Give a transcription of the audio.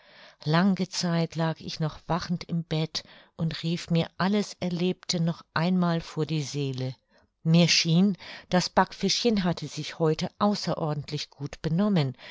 lange zeit lag ich noch wachend im bett und rief mir alles erlebte noch einmal vor die seele mir schien das backfischchen hatte sich heute außerordentlich gut benommen